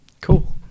Cool